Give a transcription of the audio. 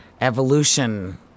Evolution